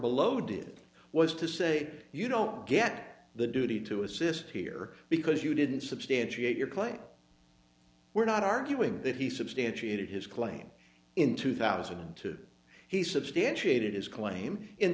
below did was to say you don't get the duty to assist here because you didn't substantiate your claim we're not arguing that he substantiated his claim in two thousand and two he substantiated his claim in